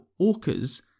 orcas